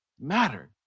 matter